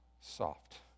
soft